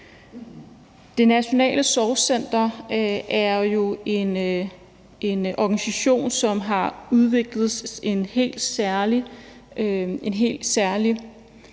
Det Nationale Sorgcenter er jo en organisation, som har udviklet en helt særlig specialiseret